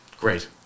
Great